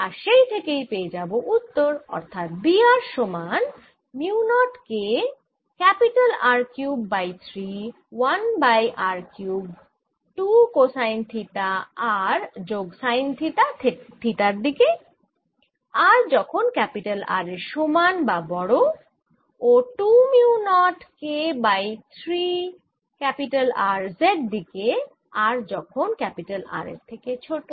আর সেই থেকেই পেয়ে যাবো উত্তর অর্থাৎ B r সমান mu nought K R cube by 3 1 by r cube 2 cosine theta r যোগ সাইন থিটা থিটার দিকে r যখন R এর সমান বা বড় ও 2 mu nought K by 3 R z দিকে r যখন R এর থেকে ছোট